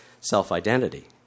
self-identity